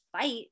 fight